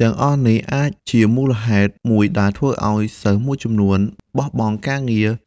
ទាំងអស់នេះអាចជាមូលហេតុមួយដែលធ្វើឱ្យសិស្សមួយចំនួនបោះបង់ការ